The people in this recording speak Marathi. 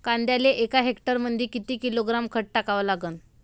कांद्याले एका हेक्टरमंदी किती किलोग्रॅम खत टाकावं लागन?